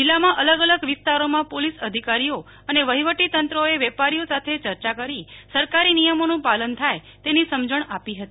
જીલ્લામાં અલગ અલગ વિસ્તારોમાં પોલીસ અધિકારીઓ અને વહીવટી તંત્રોએ વેપારીઓ સાથે ચર્ચા કરી સરકારી નિયમોનું પાલન થાય તેની સમજણ આપી હતી